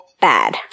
bad